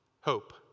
Hope